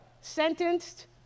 sentenced